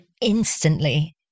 instantly